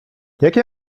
jakie